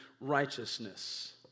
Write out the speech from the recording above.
righteousness